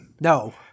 No